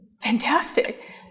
fantastic